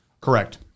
correct